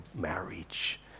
marriage